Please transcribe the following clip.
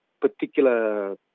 particular